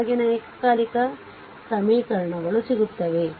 ಕೆಳಗಿನ ಏಕಕಾಲಿಕ ಸಮೀಕರಣಗಳು ಸಿಗುತ್ತದೆ